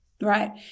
right